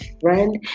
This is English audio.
friend